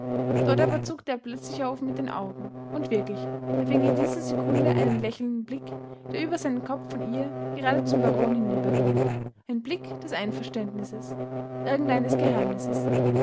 dort aber zuckte er plötzlich auf mit den augen und wirklich er fing in dieser sekunde einen lächelnden blick der über seinen kopf von ihr gerade zum baron hinüberging einen blick des einverständnisses irgendeines geheimnisses